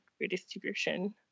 redistribution